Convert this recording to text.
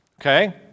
okay